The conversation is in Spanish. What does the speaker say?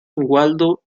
waldo